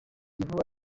kivu